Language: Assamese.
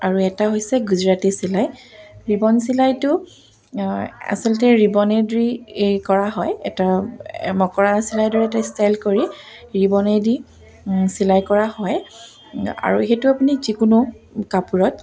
আৰু এটা হৈছে গুজৰাটী চিলাই ৰিবন চিলাইটো আচলতে ৰিবনে দি এই কৰা হয় এটা মকৰা চিলাইদৰে এটা ষ্টাইল কৰি ৰিবনেদি চিলাই কৰা হয় আৰু সেইটো আপুনি যিকোনো কাপোৰত